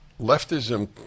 Leftism